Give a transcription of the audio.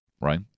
right